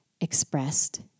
expressed